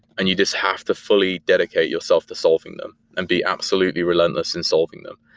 and you just have to fully dedicate yourself to solving them and be absolutely relentless in solving them.